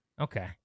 Okay